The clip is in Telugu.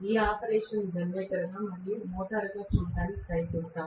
ఈ ఆపరేషన్ను జనరేటర్గా మరియు మోటారుగా చూడటానికి ప్రయత్నిస్తాను